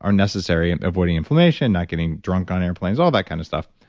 are necessary, avoiding inflammation, not getting drunk on airplanes, all that kind of stuff.